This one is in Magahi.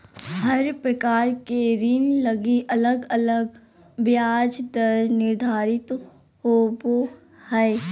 हर प्रकार के ऋण लगी अलग अलग ब्याज दर निर्धारित होवो हय